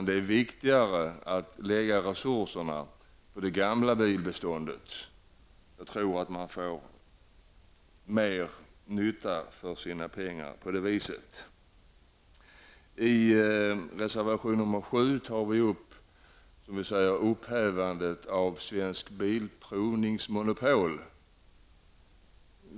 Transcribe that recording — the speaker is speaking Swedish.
Det är viktigare att lägga resurserna på det gamla bilbeståndet. Jag tror att man får mer nytta för sina pengar på det viset. I reservation nr 7 tar vi upp frågan om upphävandet av Svensk Bilprovnings monopol.